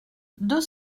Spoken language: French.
deux